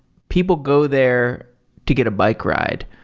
people go there to get a bike ride.